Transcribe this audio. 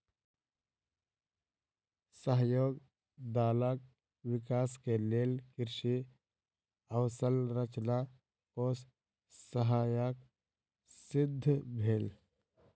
सहयोग दलक विकास के लेल कृषि अवसंरचना कोष सहायक सिद्ध भेल